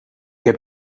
heb